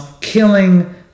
killing